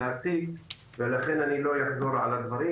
להציג גם בעצמי ולכן אני לא אחזור על הדברים.